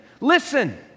listen